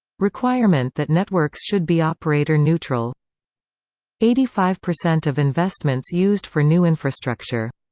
requirement that networks should be operator-neutral eighty five percent of investments used for new infrastructure